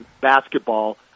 basketball